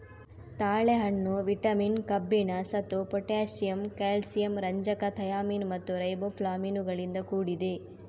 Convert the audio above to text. ತಾಳೆಹಣ್ಣು ವಿಟಮಿನ್, ಕಬ್ಬಿಣ, ಸತು, ಪೊಟ್ಯಾಸಿಯಮ್, ಕ್ಯಾಲ್ಸಿಯಂ, ರಂಜಕ, ಥಯಾಮಿನ್ ಮತ್ತು ರೈಬೋಫ್ಲಾವಿನುಗಳಿಂದ ಕೂಡಿದೆ